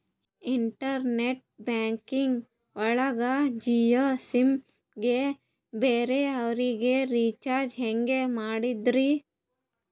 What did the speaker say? Internet banking ಒಳಗ Jio sim ಗೆ ಬೇರೆ ಅವರಿಗೆ ರೀಚಾರ್ಜ್ ಹೆಂಗ್ ಮಾಡಿದ್ರಿ?